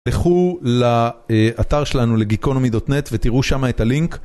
לכו לאתר שלנו לגיקונומי דוט נט ותראו שם את הלינק.